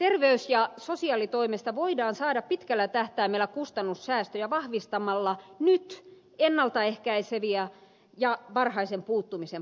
terveys ja sosiaalitoimesta voidaan saada pitkällä tähtäimellä kustannussäästöjä vahvistamalla nyt ennalta ehkäiseviä ja varhaisen puuttumisen palveluja